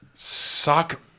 Suck